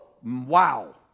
wow